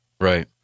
right